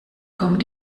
kommen